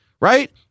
right